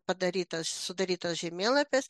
padarytas sudarytas žemėlapis